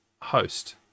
host